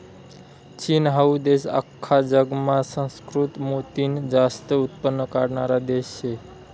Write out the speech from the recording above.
चीन हाऊ देश आख्खा जगमा सुसंस्कृत मोतीनं जास्त उत्पन्न काढणारा देश शे